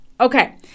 Okay